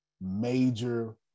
major